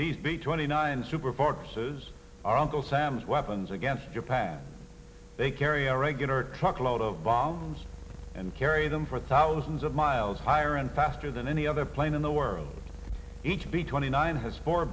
these be twenty nine super forces are uncle sam's weapons against japan they carry a regular truckload of bombs and carry them for thousands of miles higher and faster than any other plane in the world each of the twenty nine has four